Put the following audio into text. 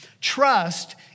Trust